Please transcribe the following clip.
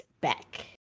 back